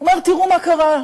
הוא אומר: תראו מה קרה,